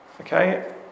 Okay